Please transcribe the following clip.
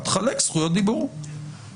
אני רק בא ואומר,